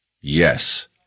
Yes